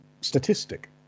statistic